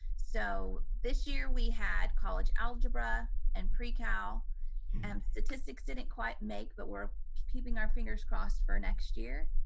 so this year, we had college algebra and pre-cal. um statistics didn't quite make, but we're keeping our fingers crossed for next year,